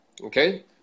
Okay